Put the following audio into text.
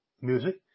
music